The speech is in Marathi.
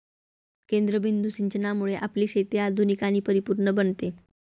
केंद्रबिंदू सिंचनामुळे आपली शेती आधुनिक आणि परिपूर्ण बनते